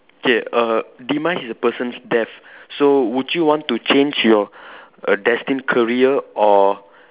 K err demise is a person's death so would you want to change your destined career or